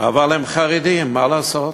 אבל הם חרדים, מה לעשות,